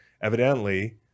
Evidently